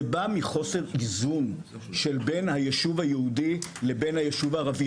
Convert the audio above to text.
זה בא מחוסר איזון של בין הישוב היהודי לבין הישוב הערבי.